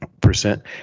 percent